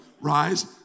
Rise